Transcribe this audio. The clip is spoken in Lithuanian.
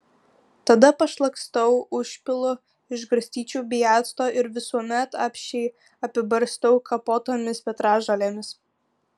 tada pašlakstau užpilu iš garstyčių bei acto ir visuomet apsčiai apibarstau kapotomis petražolėmis